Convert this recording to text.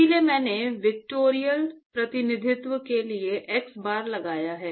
इसलिए मैंने वेक्टरियल प्रतिनिधित्व के लिए xbar लगाया हैं